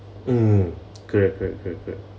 mm correct correct correct correct